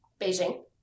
beijing